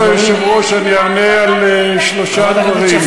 ברשות היושב-ראש, אני אענה על שלושה דברים.